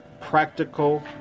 practical